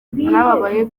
narababaye